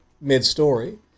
mid-story